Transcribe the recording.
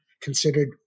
considered